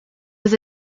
was